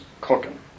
cooking